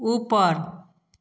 ऊपर